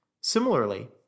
Similarly